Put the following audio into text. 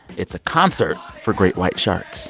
it's a concert for great white sharks